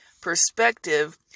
perspective